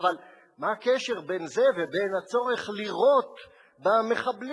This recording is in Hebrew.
אבל מה הקשר בין זה ובין הצורך לירות במחבלים